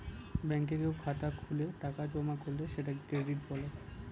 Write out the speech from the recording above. ব্যাঙ্কে কেউ খাতা খুলে টাকা জমা করলে সেটাকে ক্রেডিট বলে